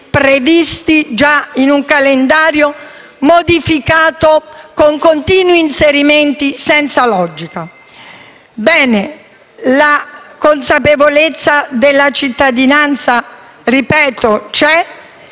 previsti già dal calendario, modificato con continui inserimenti senza logica. Ripeto che la consapevolezza della cittadinanza c'è